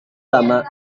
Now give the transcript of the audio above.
lama